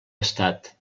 estat